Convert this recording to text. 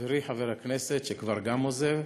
חברי חברי הכנסת שכבר גם עוזב,